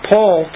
Paul